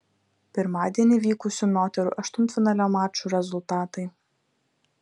pirmadienį vykusių moterų aštuntfinalio mačų rezultatai